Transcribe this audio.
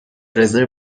رزرو